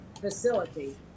facility